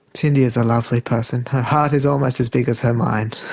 cyndi is a lovely person. her heart is almost as big as her mind.